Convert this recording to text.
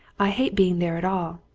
i hate being there at all,